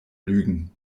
lügen